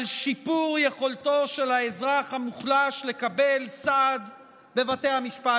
על שיפור יכולתו של האזרח המוחלש לקבל סעד בבתי המשפט.